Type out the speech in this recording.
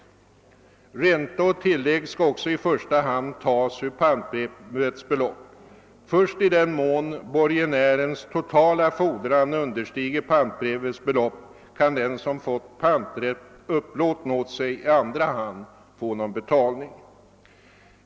Ränta och tillägg skall också i första hand tas ur pantbrevets belopp; först i den mån borgenärens totala fordran understiger pantbrevets belopp kan den som fått panträtt upplåten åt sig i andra hand få någon betalning.